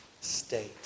state